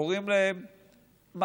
קוראים להם מאחזים.